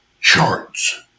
charts